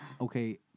okay